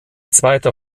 zweiter